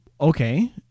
Okay